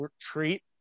treat